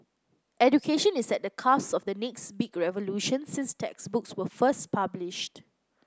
education is at the cusp of the next big revolution since textbooks were first published